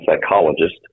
psychologist